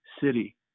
city